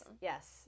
yes